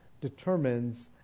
determines